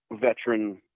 veteran